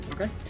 Okay